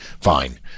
fine